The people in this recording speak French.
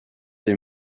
des